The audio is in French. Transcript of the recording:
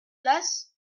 place